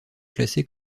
classées